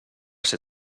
ser